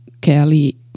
Kelly